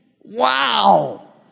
Wow